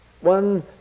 one